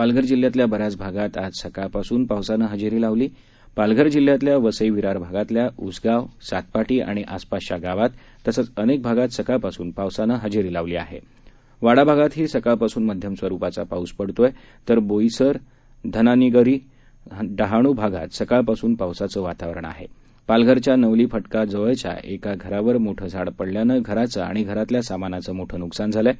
पालघर जिल्ह्यातल्या बऱ्याच भागांत आज सकाळ पासून पावसानं हजरीीलावली आह पालघर जिल्ह्यातल्या वसई विरार भागातल्या उसगाव सातपाटी आणि आसपासच्या गावांत तसचं अनक्रभागात सकाळ पासून पावसानं हजपीलावली आहविडा भागांत ही सकाळ पासून मध्यम स्वरूपाचा पाऊस बरसत आहात्रा बोईसर धनानीनगर डहाणू भागांत सकाळ पासून पावसाचं वातावरण आहात्रालधरच्या नवली फटका जवळच्या एका घरावर एक मोठं झाडं पडल्यानं घराचं आणि घरातल्या सामानाचं मोठं नुकसान झालंय